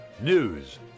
News